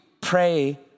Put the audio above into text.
pray